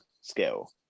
skill